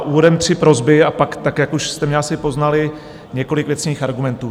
Úvodem tři prosby a pak tak, jak už jste mě asi poznali, několik věcných argumentů.